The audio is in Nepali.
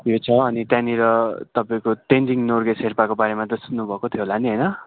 यो छ अनि त्यहाँनिर तपाईँको तेन्जिङ् नोर्गे शेर्पाको बारेमा त सुन्नुभएको थियो होला नि होइन